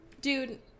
dude